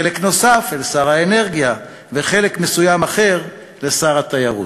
חלק נוסף אל שר האנרגיה וחלק מסוים אחר לשר התיירות.